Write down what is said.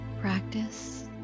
Practice